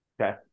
Okay